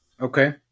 Okay